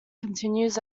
continues